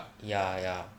ya ya